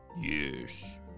Yes